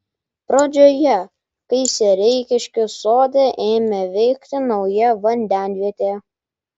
pradžioje kai sereikiškių sode ėmė veikti nauja vandenvietė